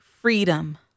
freedom